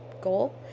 goal